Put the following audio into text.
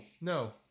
no